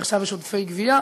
ועכשיו יש עודפי גבייה.